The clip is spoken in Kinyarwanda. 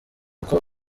uko